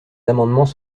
amendements